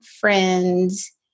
friends